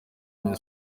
women